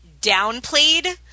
downplayed